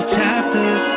chapters